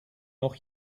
noch